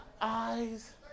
eyes